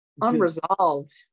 unresolved